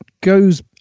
goes